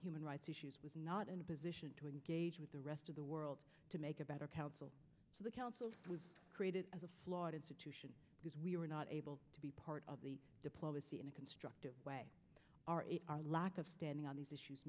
human rights issues was not in a position to engage with the rest of the world to make a better council so the council was created as a flawed institution because we were not able to be part of the diplomacy in a constructive way our our lack of standing on these issues